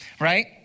Right